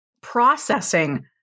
processing